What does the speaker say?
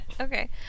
Okay